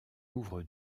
ouvre